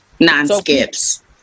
non-skips